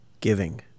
Giving